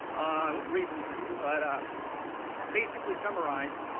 i will read them to you, but basically summarize,